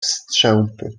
strzępy